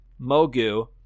Mogu